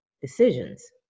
decisions